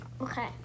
Okay